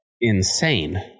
insane